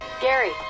Gary